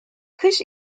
kış